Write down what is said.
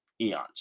eons